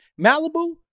Malibu